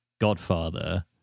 godfather